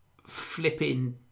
Flipping